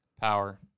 power